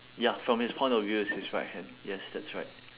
ya from his point of view it's his right hand yes that's right